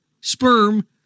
sperm